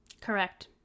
Correct